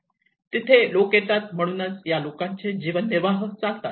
लोक तिथे येतात म्हणूनच त्यांचे जीवन निर्वाह चालतात